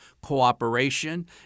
cooperation